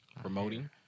Promoting